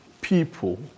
people